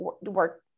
work